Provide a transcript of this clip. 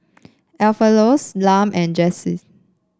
Alpheus Lum and Jesse